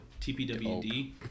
TPWD